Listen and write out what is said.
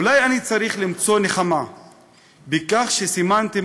אולי אני צריך למצוא נחמה בכך שסימנתם